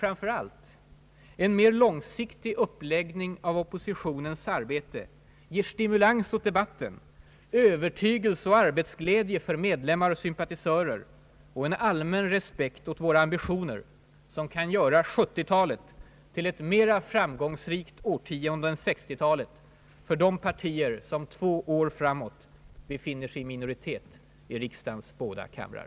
Framför allt ger en mer långsiktig uppläggning av oppositionens arbete stimulans åt debatten, övertygelse och arbetsglädje för våra medlemmar och sympatisörer och en allmän respekt åt våra ambitioner, som kan göra 1970-talet till ett mer framgångsrikt årtionde än 1960-talet för de partier som två år framåt befinner sig i minoritet i riksdagens båda kamrar.